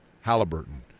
Halliburton